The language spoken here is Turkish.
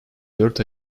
dört